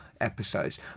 episodes